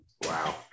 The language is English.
Wow